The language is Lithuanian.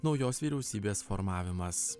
naujos vyriausybės formavimas